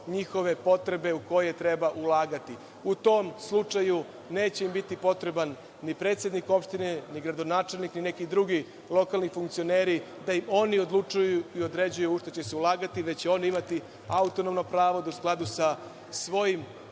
njihove potrebe u koje treba ulagati.U tom slučaju, neće im biti potreban ni predsednik opštine, ni gradonačelnik, ni neki drugi lokalni funkcioneri, da im oni odlučuju i određuju u šta će se ulagati, već će oni imati autonomno pravo da u skladu sa svojim